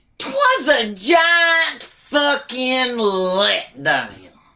twas a giant fuckin' like you know